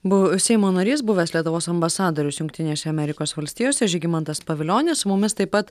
bu seimo narys buvęs lietuvos ambasadorius jungtinėse amerikos valstijose žygimantas pavilionis su mumis taip pat